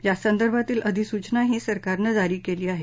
यासंदर्भातली अधिसूचनाही सरकारनं जारी केली आहे